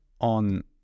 on